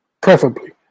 Preferably